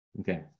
Okay